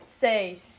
seis